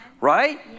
Right